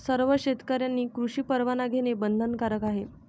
सर्व शेतकऱ्यांनी कृषी परवाना घेणे बंधनकारक आहे